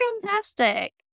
fantastic